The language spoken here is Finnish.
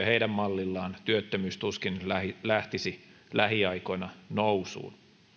heidän mallillaan työttömyys tuskin lähtisi lähiaikoina nousuun